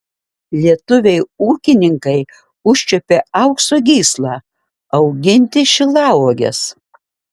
lietuviai ūkininkai užčiuopė aukso gyslą auginti šilauoges